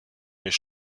mais